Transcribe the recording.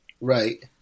right